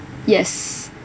yes